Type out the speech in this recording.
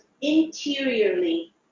interiorly